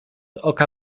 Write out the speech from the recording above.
oka